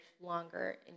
longer